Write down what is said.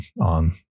on